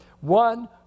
One